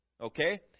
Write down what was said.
Okay